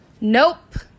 Nope